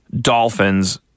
dolphins